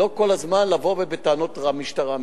ולא כל הזמן לבוא בטענות: המשטרה.